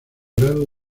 grado